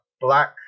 black